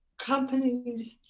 companies